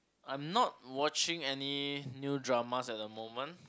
I'm not watching any new dramas at the moment